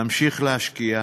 נמשיך להשקיע,